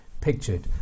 pictured